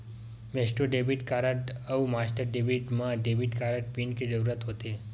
Maestro debit card अउ master debit म debit card PIN के जरूरत होथे